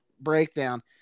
breakdown